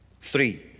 Three